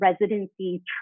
residency